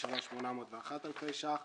33,801 אלפי שקלים.